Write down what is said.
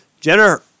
Jenner